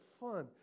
fun